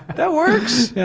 that works.